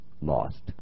lost